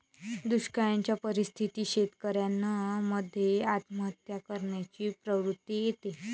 दुष्काळयाच्या परिस्थितीत शेतकऱ्यान मध्ये आत्महत्या करण्याची प्रवृत्ति येते